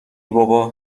بابا